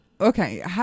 Okay